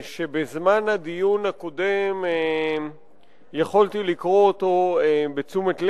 בזמן הדיון הקודם יכולתי לקרוא אותו בתשומת לב,